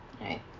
right